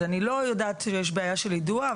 אני לא יודעת שיש בעיה של יידוע,